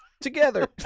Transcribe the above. together